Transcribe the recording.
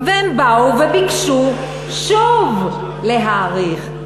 והם באו וביקשו שוב להאריך.